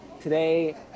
today